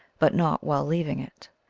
but not while leaving it.